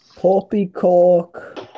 Poppycock